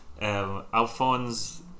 Alphonse